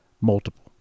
multiple